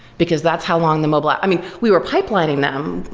because that's how long the mobile app i mean, we were pipelining them,